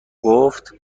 گفت